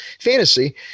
fantasy